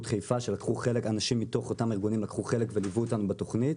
חיפה שאנשים מתוך אותם ארגונים לקחו חלק וליוו אותנו בתכנית